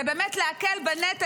זה באמת להקל בנטל,